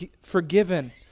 forgiven